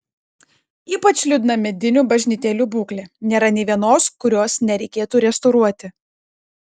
ypač liūdna medinių bažnytėlių būklė nėra nė vienos kurios nereikėtų restauruoti